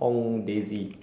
Hong Daisy